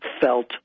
felt